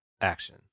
Action